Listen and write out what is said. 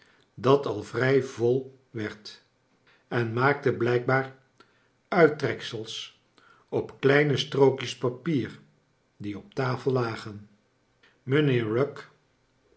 dat al vrij vol i werdj en maakte blijkbaar uittreksels op kleine strookjes papier die op tafel lagen mijnheer rugg